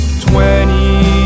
twenty